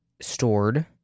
stored